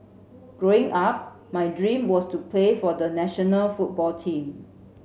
Growing Up my dream was to play for the national football team